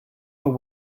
are